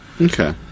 Okay